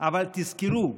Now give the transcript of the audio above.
אבל תזכרו: